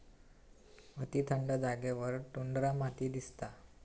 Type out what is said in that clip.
अती थंड जागेवर टुंड्रा माती दिसता